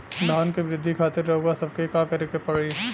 धान क वृद्धि खातिर रउआ सबके का करे के पड़ी?